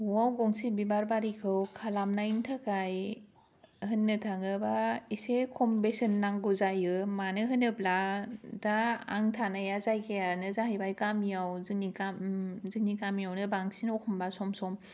न'आव गंसे बिबारबारिखौ खालामनायनि थाखाय होन्नो थाङोबा एसे खम बेसेन नांगौ जायो मानो होनोब्ला दा आं थान्नाया जायगायानो जाहैबाय गामियाव जोंनि जोंनि गामियावनो बांसिन अखनबा सम सम